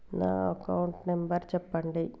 నా account number చెప్పండి?